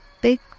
big